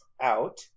out